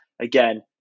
again